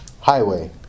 Highway